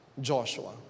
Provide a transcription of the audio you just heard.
Joshua